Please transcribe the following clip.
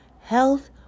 Health